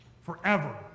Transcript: forever